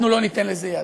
אנחנו לא ניתן לזה יד.